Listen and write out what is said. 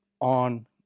on